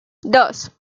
dos